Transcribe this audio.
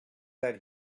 that